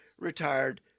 retired